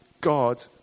God